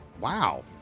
Wow